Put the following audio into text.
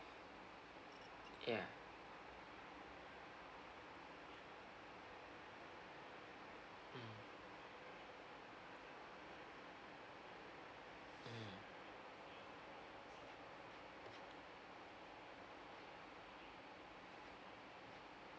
yeah mm mm